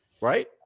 right